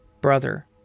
brother